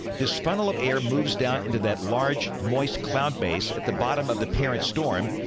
this funnel of air moves down into that large, moist cloud base at the bottom of the parent storm,